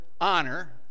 honor